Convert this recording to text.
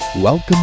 Welcome